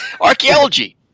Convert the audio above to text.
Archaeology